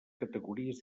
categories